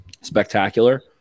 spectacular